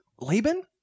laban